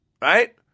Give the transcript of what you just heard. Right